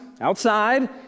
outside